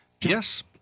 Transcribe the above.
Yes